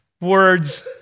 words